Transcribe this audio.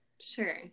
sure